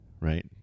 right